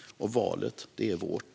Valet är vårt.